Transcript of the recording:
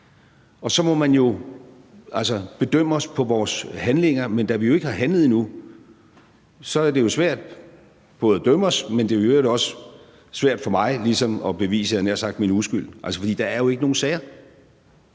Og så må man jo bedømme os på vores handlinger. Men da vi jo ikke har handlet endnu, er det jo svært både at dømme os, men det er i øvrigt også svært for mig ligesom at bevise, jeg havde nær sagt min uskyld, for der er jo ikke nogen sager.